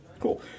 Cool